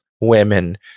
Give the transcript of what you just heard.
women